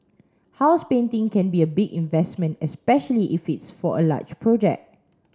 house painting can be a big investment especially if it's for a large project